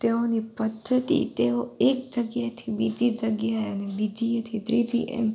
તેઓની પદ્ધતિ તેઓ એક જગ્યાથી બીજી જગ્યાએને બીજીએથી ત્રીજી એમ